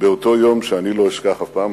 באותו יום שאני לא אשכח אף פעם.